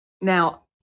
Now